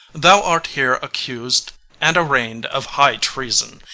thou art here accused and arraigned of high treason,